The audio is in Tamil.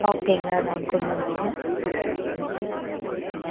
ஓகேங்க நான் கொண்டு வந்துடுறேன் ம்